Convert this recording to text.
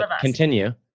Continue